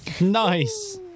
Nice